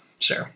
sure